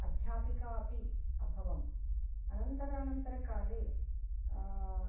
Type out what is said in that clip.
अध्यापिका अपि अभवम् अनन्तरानन्तरकाले